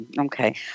Okay